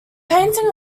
painting